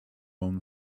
own